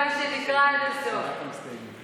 משענת הקנה הרצוץ, ובסוף, בסוף,